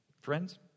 Friends